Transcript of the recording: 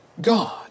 God